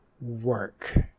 work